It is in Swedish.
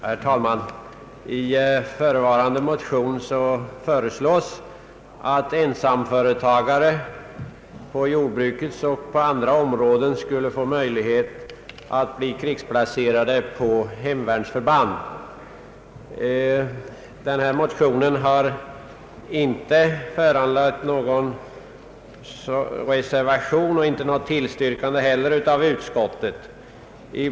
Herr talman! I förevarande motion föreslås, att ensamföretagare på jordbrukets och andra områden skulle få möjlighet att bli krigsplacerade på hemvärnsförband. Denna motion har inte föranlett någon reservation eller något tillstyrkande av utskottet.